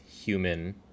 human